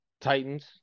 Titans